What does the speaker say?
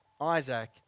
Isaac